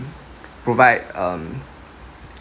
provide um